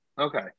Okay